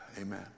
Amen